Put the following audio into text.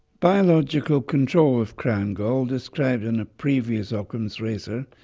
biological control of crown gall, described in a previous ockham's razor,